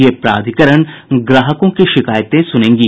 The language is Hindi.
ये प्राधिकरण ग्राहकों की शिकायतें सुनेंगी